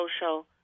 social